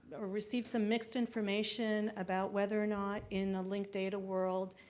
received some mixed information about whether or not, in the linked data world,